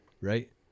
right